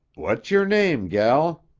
what's yer name, gel?